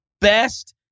best